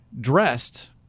dressed